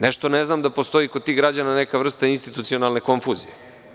Nešto ne znam da postoji kod tih građana neka vrsta insitucionalne konfuzije.